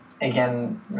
again